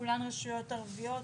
כולן רשויות ערביות,